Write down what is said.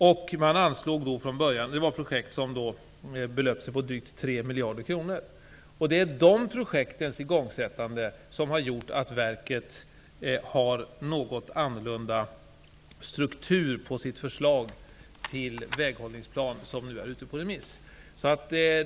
Det var projekt som kostade drygt 3 miljarder kronor. Dessa projekts igångsättande har gjort att strukturen på det förslag till väghållningsplan som nu är ute på remiss ser något annorlunda ut.